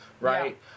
right